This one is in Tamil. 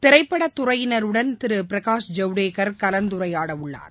திரைப்படதுறையினறுடனும் திருபிரகாஷ் ஜவுடேகர் கலந்துரையாடஉள்ளார்